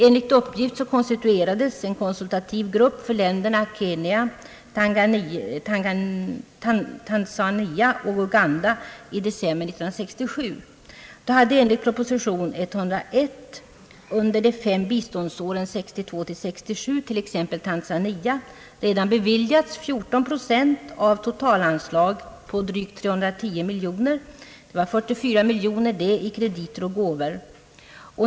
Enligt uppgift konstituerades en konsultativ grupp för länderna Kenya, Tanzania och Uganda i december 1967. Då hade enligt proposition 101 under de fem biståndsåren 1962—1967 t.ex. Tanzania redan beviljats 14 procent av ett totalanslag på drygt 310 miljoner. Det var 44 miljoner i krediter och gåvor.